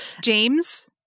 James